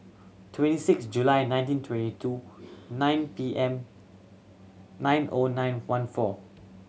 twenty six July nineteen twenty two nine P M nine O nine one four